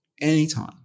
anytime